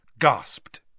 gasped